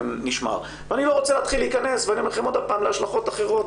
אני לא רוצה להתחיל להיכנס להשלכות אחרות,